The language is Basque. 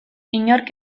inork